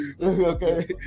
okay